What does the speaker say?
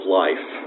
life